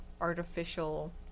artificial